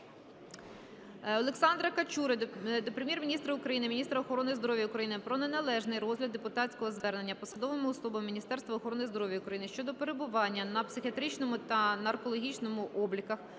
Олександра Качури до Прем'єр-міністра України, міністра охорони здоров'я України про неналежний розгляд депутатського звернення посадовими особами Міністерства охорони здоров'я України щодо перебування на психіатричному та наркологічному обліках